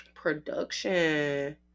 production